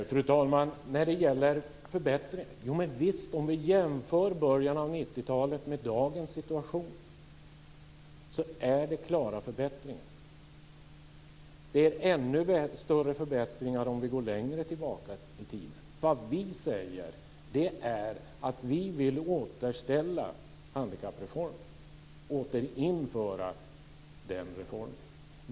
Fru talman! När det gäller förbättringen är det helt visst så att om vi jämför början av 90-talet med dagens situation så är det klara förbättringar. Det är ännu större förbättringar om vi går längre tillbaka i tiden. Vad vi säger är att vi vill återställa handikappreformen och återinföra den.